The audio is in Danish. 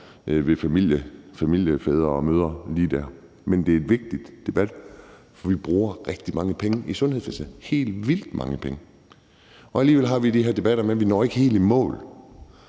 fra familiefædre og -mødre lige der. Men det er en vigtig debat, for vi bruger rigtig mange penge i sundhedsvæsenet – helt vildt mange penge. Og alligevel har vi de her debatter, men vi når ikke helt i mål.